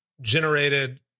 generated